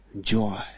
joy